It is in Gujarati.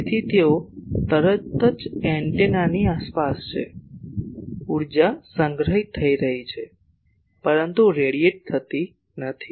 તેથી તેઓ તરત જ એન્ટેનાની આસપાસ છે ઊર્જા સંગ્રહિત થઈ રહી છે પરંતુ રેડીયેટેડ નથી